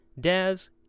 Daz